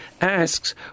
asks